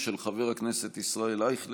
של חבר הכנסת ישראל אייכלר,